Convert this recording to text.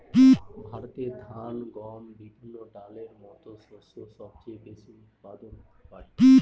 ভারতে ধান, গম, বিভিন্ন ডালের মত শস্য সবচেয়ে বেশি উৎপাদন হয়